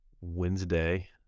wednesday